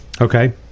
okay